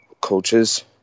coaches